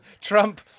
Trump